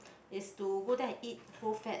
it's to go there and eat grow fat